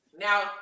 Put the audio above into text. Now